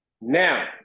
Now